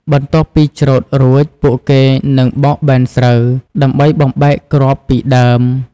បន្ទាប់ពីច្រូតរួច ពួកគេនឹងបោកបែនស្រូវ ដើម្បីបំបែកគ្រាប់ពីដើម។